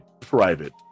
private